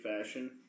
fashion